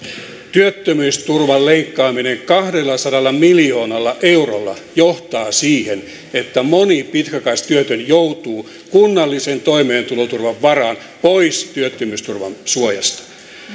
työttömyysturvan leikkaaminen kahdellasadalla miljoonalla eurolla johtaa siihen että moni pitkäaikaistyötön joutuu kunnallisen toimeentuloturvan varaan pois työttömyysturvan suojasta